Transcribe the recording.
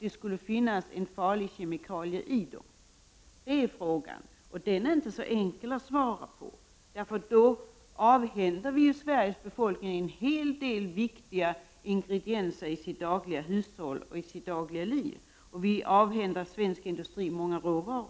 det skulle finnas en farlig kemikalie i dem? Den frågan är inte så enkel att svara på — då avhänder vi ju Sveriges befolkning en hel del viktiga ingredienser i hushållet och det dagliga livet, och vi avhänder svensk industri många råvaror.